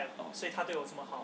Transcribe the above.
oh